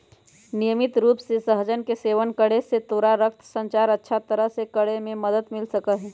नियमित रूप से सहजन के सेवन करे से तोरा रक्त संचार अच्छा तरह से करे में मदद मिल सका हई